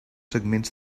segments